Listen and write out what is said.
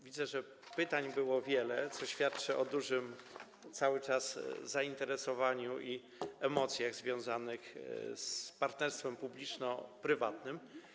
Widzę, że pytań było wiele, co świadczy o cały czas dużym zainteresowaniu i emocjach związanych z partnerstwem publiczno-prywatnym.